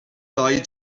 dau